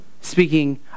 Speaking